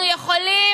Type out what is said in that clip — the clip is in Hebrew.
אנחנו יכולים